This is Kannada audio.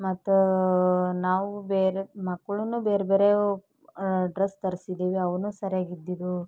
ಮತ್ತು ನಾವು ಬೇರೆ ಮಕ್ಕಳುನೂ ಬೇರೆ ಬೇರೆಯವು ಡ್ರೆಸ್ ತರಿಸಿದ್ದೀವಿ ಅವನೂ ಸರಿಯಾಗಿ ಇದ್ದಿದ್ವು